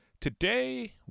Today